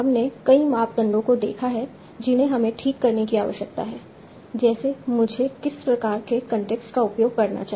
हमने कई मापदंडों को देखा है जिन्हें हमें ठीक करने की आवश्यकता है जैसे मुझे किस प्रकार के कॉन्टेक्स्ट का उपयोग करना चाहिए